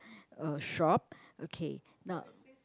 a shop okay now